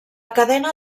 cadena